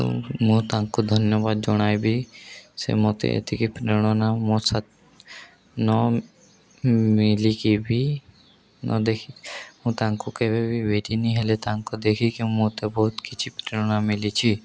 ତ ମୁଁ ତାଙ୍କୁ ଧନ୍ୟବାଦ ଜଣାଇବି ସେ ମୋତେ ଏତିକି ପ୍ରେରଣା ମୋ ନ ମିଳିକି ବି ନ ଦେଖି ମୁଁ ତାଙ୍କୁ କେବେ ବି ବିରିିନି ହେଲେ ତାଙ୍କୁ ଦେଖିକି ମୋତେ ବହୁତ କିଛି ପ୍ରେରଣା ମିଲିଛି